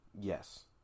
Yes